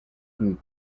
group